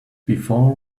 before